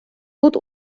тут